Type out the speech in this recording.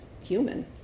human